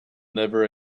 never